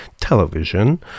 television